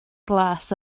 glas